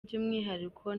by’umwihariko